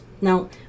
Now